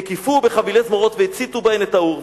"הקיפוהו בחבילי זמורות והציתו בהן את האור,